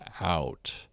out